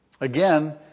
Again